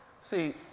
See